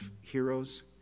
heroes